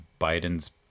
Biden's